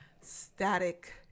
static